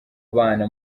bana